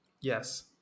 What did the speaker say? Yes